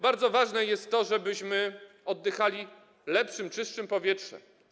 Bardzo ważne jest to, żebyśmy oddychali lepszym, czystszym powietrzem.